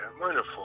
wonderful